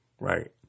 right